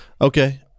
Okay